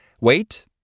Wait